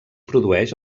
produeix